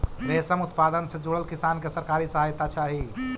रेशम उत्पादन से जुड़ल किसान के सरकारी सहायता चाहि